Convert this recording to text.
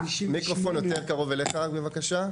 מיקרופון יותר קרוב אליך בבקשה.